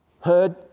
Heard